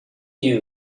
you